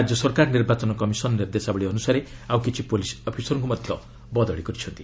ରାଜ୍ୟ ସରକାର ନିର୍ବାଚନ କମିଶନ ନିର୍ଦ୍ଦେଶାବଳୀ ଅନୁସାରେ ଆଉ କିଛି ପୁଲିସ୍ ଅଫିସରଙ୍କ ବଦଳି କରିଛନ୍ତି